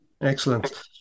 Excellent